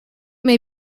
may